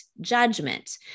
judgment